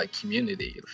community